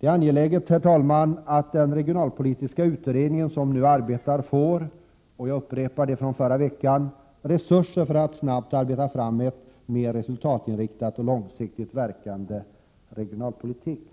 är angeläget, herr talman, att den regionalpolitiska utredningen som nu arbetar — och här upprepar jag det som jag sade förra veckan — får resurser för att snabbt och handlingskraftigt arbeta fram en mer resultatinriktad och långsiktigt verkande regionalpolitik.